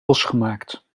losgemaakt